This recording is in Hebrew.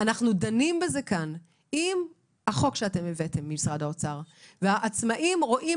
אנחנו דנים בזה כאן עם החוק שאתם הבאתם ממשרד האוצר והעצמאים רואים